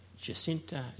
Jacinta